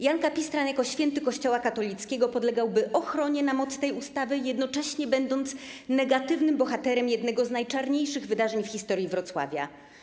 Jan Kapistran jako święty Kościoła katolickiego podlegałby ochronie na mocy tej ustawy, jednocześnie będąc negatywnym bohaterem jednego z najczarniejszych wydarzeń w historii Wrocławia.